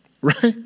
right